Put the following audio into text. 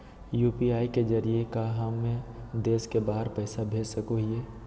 UPI के जरिए का हम देश से बाहर पैसा भेज सको हियय?